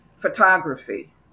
photography